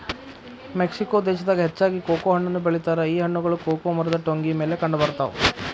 Mexico ದೇಶದಾಗ ಹೆಚ್ಚಾಗಿ cocoa ಹಣ್ಣನ್ನು ಬೆಳಿತಾರ ಈ ಹಣ್ಣುಗಳು ಕೊಕೊ ಮರದ ಟೊಂಗಿ ಮೇಲೆ ಕಂಡಬರ್ತಾವ